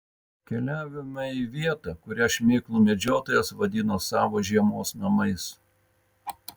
keliavome į vietą kurią šmėklų medžiotojas vadino savo žiemos namais